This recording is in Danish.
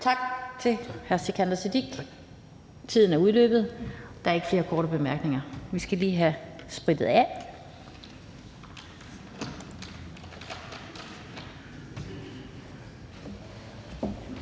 Tak til hr. Sikandar Siddique. Der er ikke flere korte bemærkninger. Vi skal lige have sprittet af.